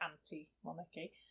anti-monarchy